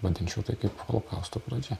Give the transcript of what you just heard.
vadinčiau tai kaip holokausto pradžia